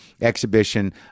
exhibition